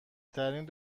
ترین